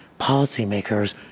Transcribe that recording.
policymakers